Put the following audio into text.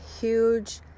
huge